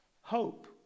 hope